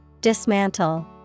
Dismantle